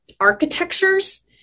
architectures